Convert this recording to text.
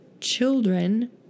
children